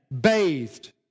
bathed